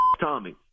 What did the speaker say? Tommy